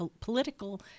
political